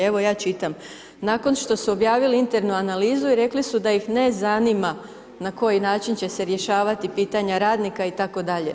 Evo ja čitam nakon što su objavili internu analizu i rekli su da ih ne zanima na koji način će se rješavati pitanja radnika itd.